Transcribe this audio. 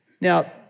Now